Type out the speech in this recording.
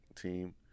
team